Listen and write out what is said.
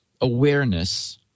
awareness